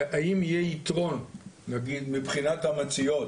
האם יהיה יתרון, נגיד מבחינת המציעות